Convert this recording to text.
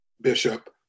Bishop